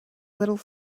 little